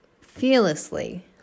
fearlessly